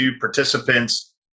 participants